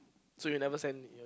so you'll never send me